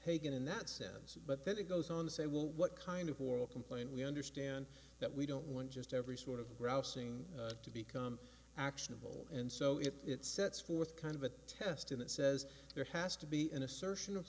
hagen and that says but then it goes on to say well what kind of formal complaint we understand that we don't want just every sort of grousing to become actionable and so if it sets forth kind of a test and it says there has to be an assertion of